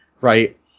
right